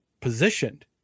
positioned